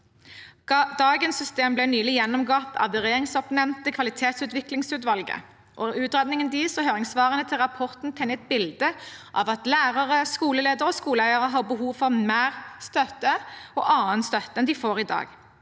Dagens system ble nylig gjennomgått av det regjeringsoppnevnte kvalitetsutviklingsutvalget. Utredningen deres og høringssvarene til rapporten tegner et bilde av at lærere, skoleledere og skoleeiere har behov for mer støtte og annen støtte enn de får i dag.